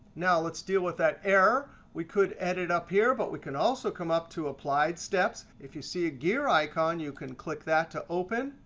now let's deal with that error. we could edit up here. but we can also come up to applied steps. if you see a gear icon, you can click that to open.